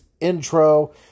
intro